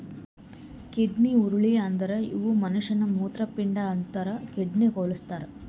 kidney ಹುರುಳಿ ಅಂದುರ್ ಇವು ಮನುಷ್ಯನ ಮೂತ್ರಪಿಂಡ ಅಂದುರ್ ಕಿಡ್ನಿಗ್ ಹೊಲುಸ್ತಾರ್